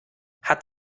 hat